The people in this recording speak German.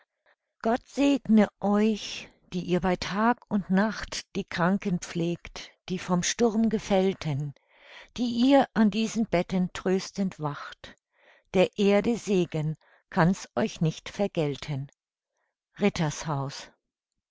gott segne euch die ihr bei tag und nacht die kranken pflegt die von dem sturm gefällten die ihr an diesen betten tröstend wacht der erde segen kann's euch nicht vergelten